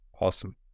Awesome